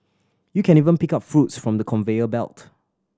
you can even pick up fruits from the conveyor belt